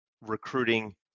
recruiting